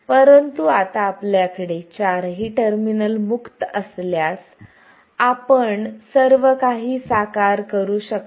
परंतु आता आपल्याकडे चारही टर्मिनल्स मुक्त असल्यास आपण सर्वकाही साकार करू शकता